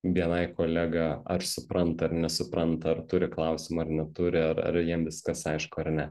bni kolega ar supranta ar nesupranta ar turi klausimų ar neturi ar ar jiem viskas aišku ar ne